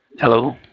Hello